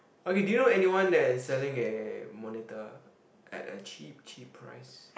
okay do you know anyone that's selling a monitor at a cheap cheap price